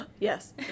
Yes